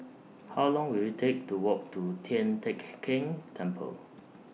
How Long Will IT Take to Walk to Tian Teck Keng Temple